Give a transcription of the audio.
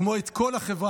כמו את כל החברה